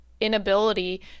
inability